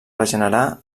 regenerar